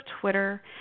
Twitter